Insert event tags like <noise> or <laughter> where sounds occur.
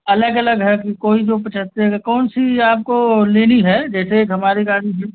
अलग अलग है कि कोई जो <unintelligible> कौन सी आपको लेनी है जैसे एक हमारी गाड़ी है